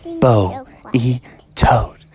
Bo-E-Toad